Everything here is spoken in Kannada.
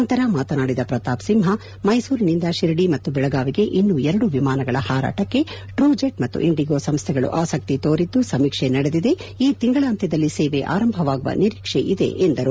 ನಂತರ ಮಾತನಾಡಿದ ಪ್ರತಾಪ್ ಸಿಂಹ ಮೈಸೂರಿನಿಂದ ಶಿರಡಿ ಮತ್ತು ಬೆಳಗಾವಿಗೆ ಇನ್ನೂ ಎರಡು ವಿಮಾನಗಳ ಹಾರಾಟಕ್ಕೆ ಟ್ರೂಜೆಟ್ ಮತ್ತು ಇಂಡಿಗೊ ಸಂಸ್ಥೆಗಳು ಆಸಕ್ತಿ ತೋರಿದ್ದು ಸಮೀಕ್ಷೆ ನಡೆದಿದೆ ಈ ತಿಂಗಳಾಂತ್ಯದಲ್ಲಿ ಸೇವೆ ಆರಂಭವಾಗುವ ನಿರೀಕ್ಷೆಯಿದೆ ಎಂದು ತಿಳಿಸಿದರು